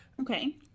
Okay